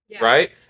right